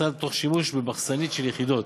הסל תוך שימוש ב"מחסנית" של יחידות,